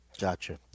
Gotcha